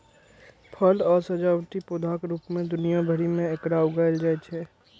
फल आ सजावटी पौधाक रूप मे दुनिया भरि मे एकरा उगायल जाइ छै